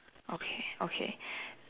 okay okay